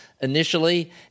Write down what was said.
initially